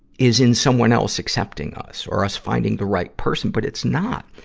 is in someone else accepting us or us finding the right person. but it's not.